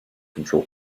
control